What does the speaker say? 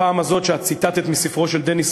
הפעם הזאת שאת ציטטת מספרו של דניס